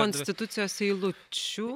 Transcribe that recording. konstitucijos eilučių